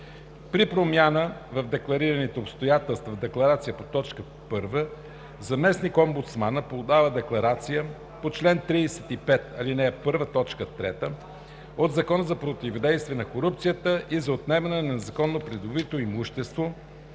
При промяна в декларираните обстоятелства в декларацията по т. 1 заместник-омбудсманът подава декларация по чл. 35, ал. 1, т. 3 от Закона за противодействие на корупцията и за отнемане на незаконно придобитото имущество